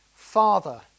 Father